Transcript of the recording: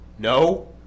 No